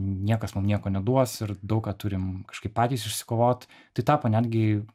niekas mum nieko neduos ir daug ką turim kažkaip patys išsikovot tai tapo netgi